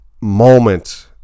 moment